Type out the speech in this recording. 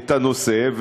את הנושא,